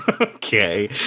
okay